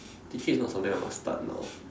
teaching is not from there must start now